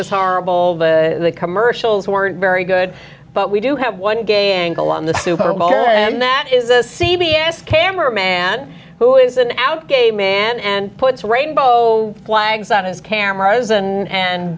is horrible the commercials weren't very good but we do have one gay angle on the superbowl and that is a c b s camera man and who is an out gay man and puts rainbow flags on his cameras and